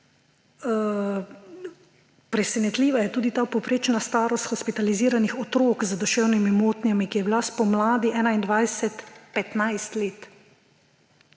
Presenetljiva je tudi ta povprečna starost hospitaliziranih otrok z duševnimi motnjami, ki je bila spomladi 2021 15 let.